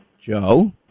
Joe